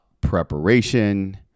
preparation